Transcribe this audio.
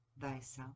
thyself